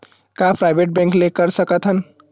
का private bank ले कर सकत हन?